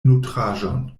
nutraĵon